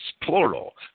plural